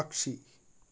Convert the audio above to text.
പക്ഷി